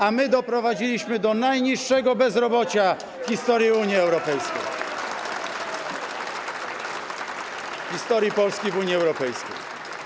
A my doprowadziliśmy do najniższego bezrobocia w historii Unii Europejskiej, historii Polski w Unii Europejskiej.